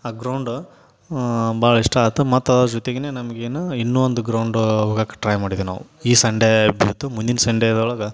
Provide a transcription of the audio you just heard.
ಆ ಗ್ರೌಂಡ ಭಾಳ ಇಷ್ಟ ಆಯ್ತು ಮತ್ತು ಅದ್ರ ಜೊತೆಗೆನ ನಮಗೇನು ಇನ್ನೂ ಒಂದು ಗ್ರೌಂಡು ಹೋಗಕ್ಕೆ ಟ್ರೈ ಮಾಡಿದ್ದೇವೆ ನಾವು ಈ ಸಂಡೇ ಬಿಡ್ತು ಮುಂದಿನ ಸಂಡೇದೊಳಗೆ